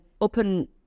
open